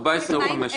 14 או 15?